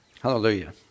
Hallelujah